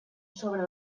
sobre